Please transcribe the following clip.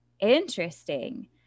interesting